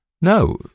No